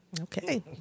Okay